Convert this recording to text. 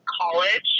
college